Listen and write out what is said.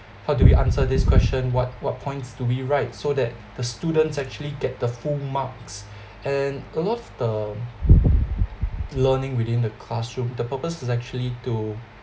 how do we answer this question what what points to be right so that the students actually get the full marks and a lot of the learning within the classroom the purpose is actually to